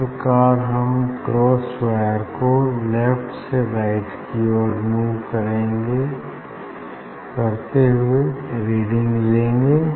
इस प्रकार हम क्रॉस वायर को लेफ्ट से राइट की ओर मूव करते हुए रीडिंग लेंगे